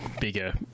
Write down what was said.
bigger